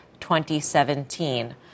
2017